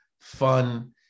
fun